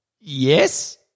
Yes